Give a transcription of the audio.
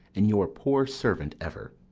and your poor servant ever.